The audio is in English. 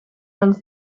runs